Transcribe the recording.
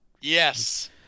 Yes